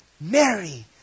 Mary